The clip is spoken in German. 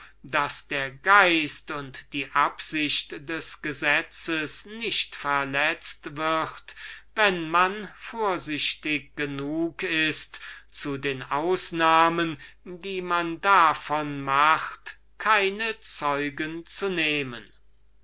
daß der geist und die absicht des gesetzes nicht verletzt wird wenn man vorsichtig genug ist zu den ausnahmen die man davon macht keine zeugen zu nehmen